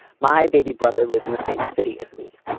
my baby brother lives in the same city as me.